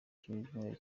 cyumweru